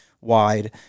wide